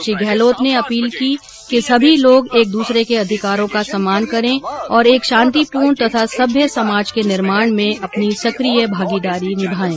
श्री गहलोत ने अपील की कि सभी लोग एक दूसरे के अधिकारों का सम्मान करें और एक शांतिपूर्ण तथा सभ्य समाज के निर्माण में अपनी सक्रिय भागीदारी निभाएं